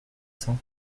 cent